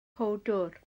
powdwr